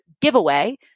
giveaway